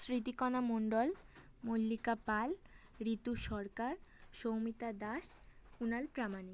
Smritikana Mondal Mallika Pal Ritu Sarkar Soumita Das Kunal Pramanik